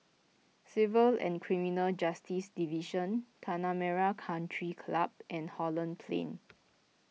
Civil and Criminal Justice Division Tanah Merah Country Club and Holland Plain